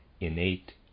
innate